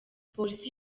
polisi